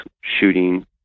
shooting